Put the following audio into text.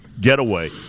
getaway